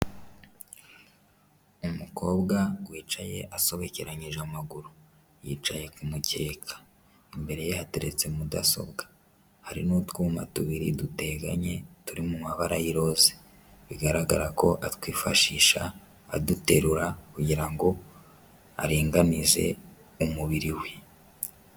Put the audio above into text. Umukobwa wicaye asobekeranyije amaguru, yicaye ku mukeka imbere ye hateretse mudasobwa hari n'utwuma tubiri duteganye turi mu mabara y'iroze, bigaragara ko atwifashisha aduterura kugira ngo aringanize umubiri we.